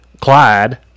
Clyde